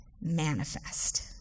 manifest